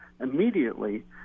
immediately